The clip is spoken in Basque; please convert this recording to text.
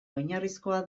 oinarrizkoa